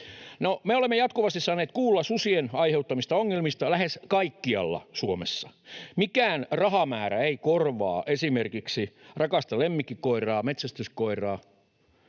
me olemme jatkuvasti saaneet kuulla susien aiheuttamista ongelmista lähes kaikkialla Suomessa. Mikään rahamäärä ei korvaa esimerkiksi rakasta lemmikkikoiraa, metsästyskoiraa.